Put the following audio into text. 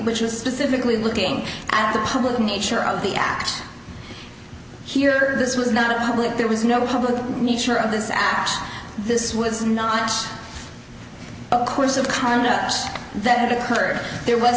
which was specifically looking at the public nature of the act here this was not a public there was no public nature of this action this was not a course of conduct that occurred there w